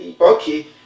okay